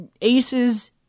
Aces